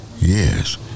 Yes